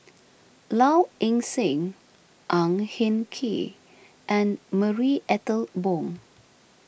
Low Ing Sing Ang Hin Kee and Marie Ethel Bong